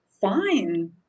fine